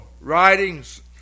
writings